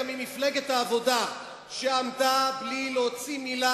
גם ממפלגת העבודה שעמדה בלי להוציא מלה